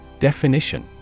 Definition